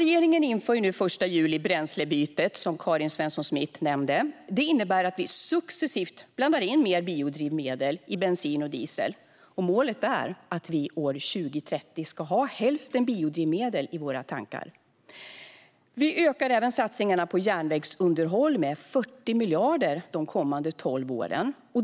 Regeringen inför den 1 juli bränslebytet, som Karin Svensson Smith nämnde. Det innebär att vi successivt blandar in mer biodrivmedel i bensin och diesel, och målet är att vi år 2030 ska ha hälften biodrivmedel i våra tankar. Vi ökar även satsningarna på järnvägsunderhåll med 40 miljarder de kommande tolv åren.